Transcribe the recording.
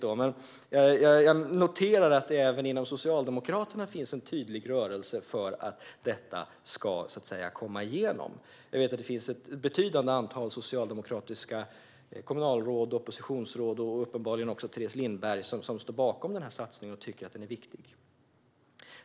Jag noterar att det även inom Socialdemokraterna finns en tydlig rörelse för att detta ska komma igenom. Jag vet att det finns ett betydande antal socialdemokratiska kommunalråd, oppositionsråd och uppenbarligen också Teres Lindberg som står bakom satsningen och tycker att den är viktig.